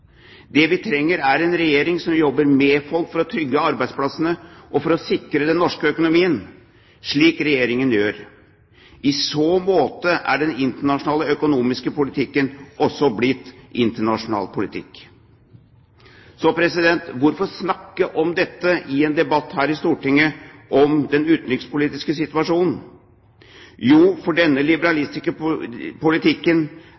Det vi trenger, er en regjering som jobber med folk for å trygge arbeidsplassene og for å sikre den norske økonomien, slik Regjeringen gjør. I så måte er den internasjonale økonomiske politikken også blitt internasjonal politikk. Hvorfor snakke om dette i en debatt her i Stortinget om den utenrikspolitiske situasjonen? Jo, fordi denne